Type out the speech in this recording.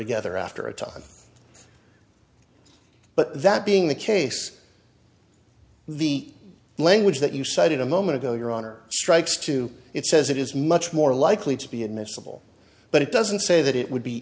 together after a ton but that being the case the language that you cited a moment ago your honor strikes to it says it is much more likely to be admissible but it doesn't say that it would be